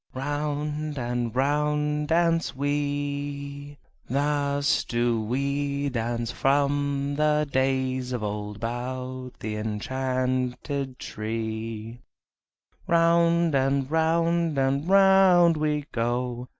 round and round dance we thus do we dance from the days of old about the enchanted tree round, and round, and round we go,